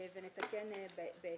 נתקן בהתאם.